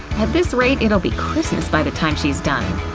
at this rate, it'll be christmas by the time she's done.